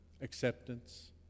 Acceptance